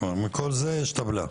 מכל זה יש טבלה.